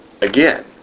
Again